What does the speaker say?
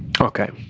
okay